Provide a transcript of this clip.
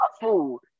food